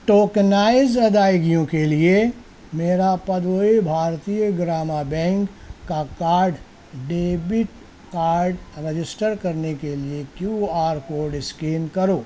tokenise ادائیگیوں کے لیے میرا پدووئی بھارتیہ گرامہ بینک کا کارڈ ڈیبٹ کارڈ رجسٹر کرنے کے لیے کیو آر کوڈ اسکین کرو